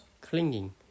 clinging